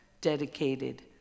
dedicated